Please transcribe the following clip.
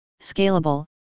scalable